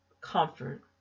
comfort